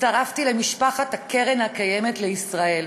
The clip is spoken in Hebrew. הצטרפתי למשפחת הקרן הקיימת לישראל,